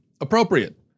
appropriate